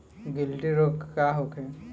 गिल्टी रोग का होखे?